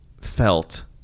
felt